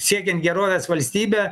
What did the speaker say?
siekiant gerovės valstybe